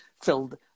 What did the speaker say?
filled